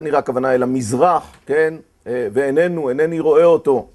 כנראה כוונה אל המזרח, כן? ואיננו, אינני רואה אותו.